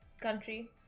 country